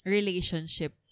Relationship